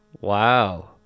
Wow